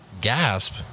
Gasp